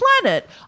planet